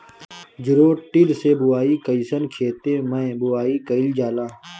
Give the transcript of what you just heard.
Zero till से बुआई कयिसन खेते मै बुआई कयिल जाला?